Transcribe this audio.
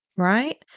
right